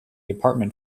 apartment